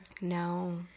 No